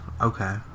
okay